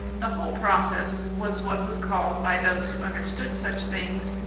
the whole process was what was called, by those who understood such things,